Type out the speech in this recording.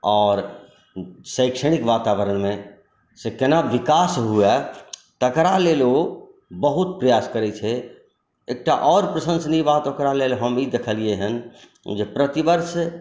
आओर शैक्षणिक वातावरणमे से केना विकास हुए तेकरा लेल ओ बहुत प्रयास करैत छै एकटा आओर प्रशंसनीय बात ओकरा लेल हम ई देखलियै हन जे प्रतिवर्ष